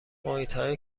محیطهای